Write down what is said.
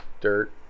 Dirt